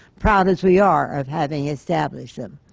proud as we are of having established them.